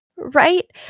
right